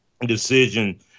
decision